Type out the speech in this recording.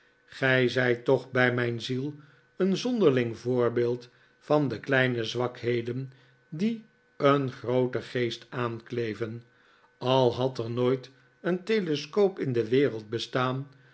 gij zijt toch bij mijn ziel een zonderling voorbeeld van de kleine zwakheden die een grooten geest aankjeven al had er nooit een telescoop in de wereld bestaan